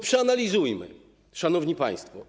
Przeanalizujmy to, szanowni państwo.